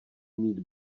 mít